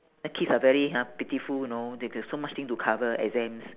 then kids are very ha pitiful you know they they've so much thing to cover exams